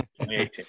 2018